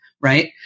Right